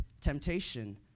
temptation